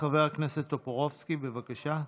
חבר הכנסת טופורובסקי, בבקשה.